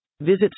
Visit